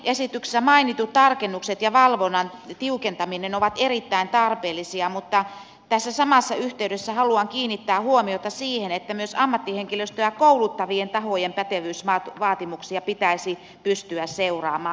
lakiesityksessä mainitut tarkennukset ja valvonnan tiukentaminen ovat erittäin tarpeellisia mutta tässä samassa yhteydessä haluan kiinnittää huomiota siihen että myös ammattihenkilöstöä kouluttavien tahojen pätevyysvaatimuksia pitäisi pystyä seuraamaan